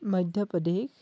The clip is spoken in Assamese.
মধ্য প্ৰদেশ